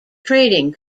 trading